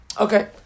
Okay